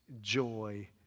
joy